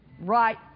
right